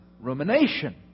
rumination